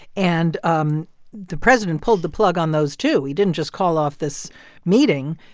and um the president pulled the plug on those, too. he didn't just call off this meeting.